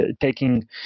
taking